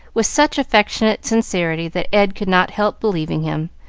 with such affectionate sincerity that ed could not help believing him,